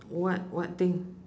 what what thing